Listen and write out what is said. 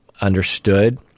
understood